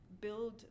build